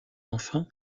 enfin